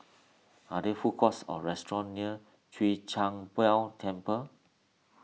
are there food courts or restaurants near Chwee Kang Beo Temple